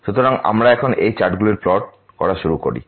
সুতরাং আমরা এখন এই চার্টগুলি প্লট করা শুরু করি